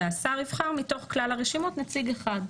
והשר יבחר מתוך כלל הרשימות נציג אחד.